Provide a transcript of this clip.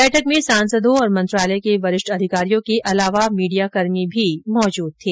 बैठक में सांसदों और मंत्रालय के वरिष्ठ अधिकारियों के अलावा मीडियाकर्मी भी मौजूद थे